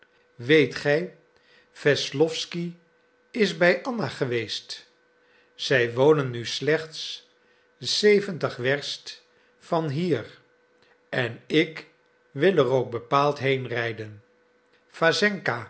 weet gij wesslowsky is bij anna geweest zij wonen nu slechts zeventig werst van hier en ik wil er ook bepaald heenrijden